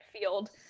field